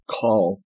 call